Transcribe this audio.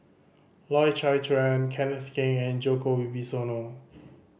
Loy Chye Chuan Kenneth Keng and Djoko Wibisono